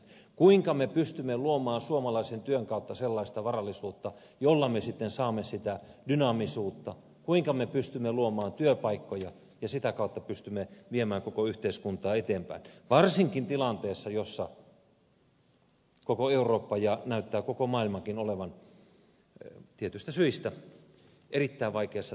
kuinka me pystymme luomaan suomalaisen työn kautta sellaista varallisuutta jolla me sitten saamme sitä dynaamisuutta kuinka me pystymme luomaan työpaikkoja ja sitä kautta pystymme viemään koko yhteiskuntaa eteenpäin varsinkin tilanteessa jossa koko eurooppa on ja näyttää koko maailmakin olevan tietyistä syistä erittäin vaikeassa taloudellisessa tilanteessa